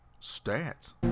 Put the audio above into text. Stats